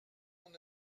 mon